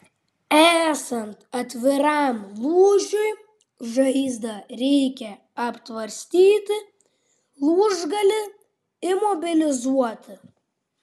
esant atviram lūžiui žaizdą reikia aptvarstyti lūžgalį imobilizuoti